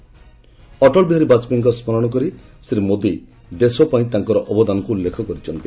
ଅଟଳ ବିହାରୀ ବାଜପେୟୀଙ୍କ ସ୍ମରଣ କରି ଶ୍ରୀ ମୋଦି ଦେଶ ପାଇଁ ତାଙ୍କର ଅବଦାନକୁ ଉଲ୍ଲେଖ କରିଛନ୍ତି